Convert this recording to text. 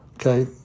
Okay